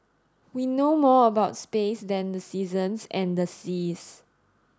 we know more about space than the seasons and the seas